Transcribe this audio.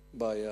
בעיה,